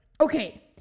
Okay